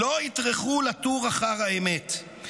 לא יטרחו לתור אחר האמת,